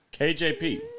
KJP